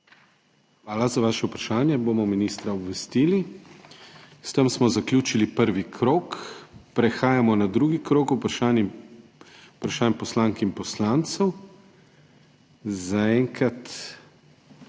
Hvala za vaše vprašanje, ministra bomo obvestili. S tem smo zaključili prvi krog. Prehajamo na drugi krog vprašanj poslank in poslancev. Zaenkrat